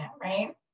right